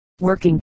working